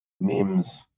memes